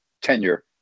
tenure